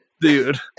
dude